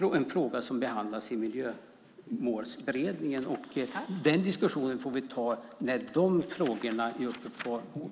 något som behandlas av Miljömålsberedningen. Den diskussionen får vi ta när de frågorna är uppe på bordet.